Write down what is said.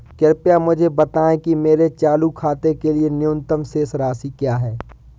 कृपया मुझे बताएं कि मेरे चालू खाते के लिए न्यूनतम शेष राशि क्या है?